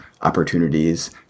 opportunities